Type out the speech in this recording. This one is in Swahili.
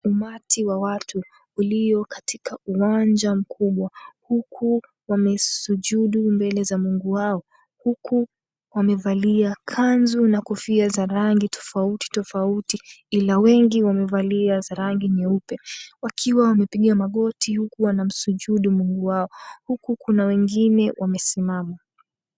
Umati wa watu ulio katika uwanja mkubwa, huku wamesujudu mbele za Mungu wao, huku wamevalia kanzu na kofia za rangi tofauti tofauti, ila wengi wamevalia za rangi nyeupe wakiwa wamepiga magoti huku wanamsujudu Mungu wao, huku kuna wengine wamesimama.